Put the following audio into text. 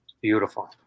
Beautiful